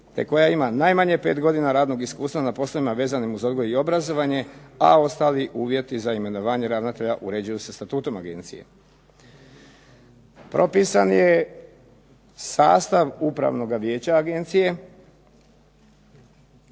te koja ima najmanje 5 godina radnog iskustva na poslovima vezanim uz odgoj i obrazovanje, a ostali uvjeti za imenovanje ravnatelja uređuju se statutom agencije. Propisan je sastav upravnoga vijeća agencije